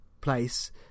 place